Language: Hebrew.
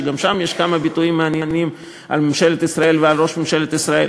שגם שם יש כמה ביטויים מעניינים על ממשלת ישראל ועל ראש ממשלת ישראל.